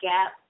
Gap